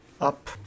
up